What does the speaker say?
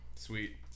Sweet